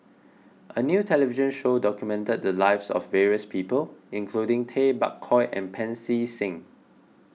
a new television show documented the lives of various people including Tay Bak Koi and Pancy Seng